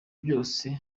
byose